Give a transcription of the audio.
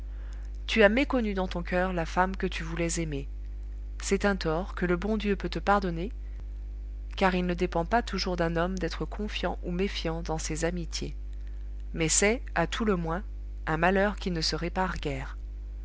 tu as méconnu dans ton coeur la femme que tu voulais aimer c'est un tort que le bon dieu peut te pardonner car il ne dépend pas toujours d'un homme d'être confiant ou méfiant dans ses amitiés mais c'est à tout le moins un malheur qui ne se répare guère